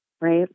right